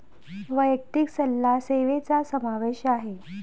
वैयक्तिक सल्ला सेवेचा समावेश आहे